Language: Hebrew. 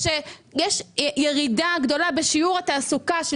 הרי כשיש ירידה גדולה בשיעור התעסוקה של